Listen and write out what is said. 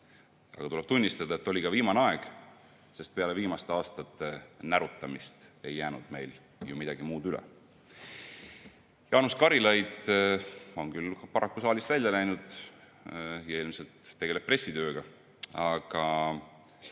Aga tuleb tunnistada, et oli ka viimane aeg, sest peale viimaste aastate närutamist ei jäänud meil ju midagi muud üle. Jaanus Karilaid on küll paraku saalist välja läinud ja ilmselt tegeleb pressitööga, aga